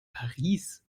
paris